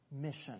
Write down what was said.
mission